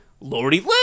Lordy